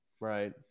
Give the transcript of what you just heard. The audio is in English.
Right